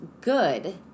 good